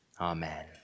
Amen